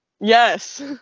yes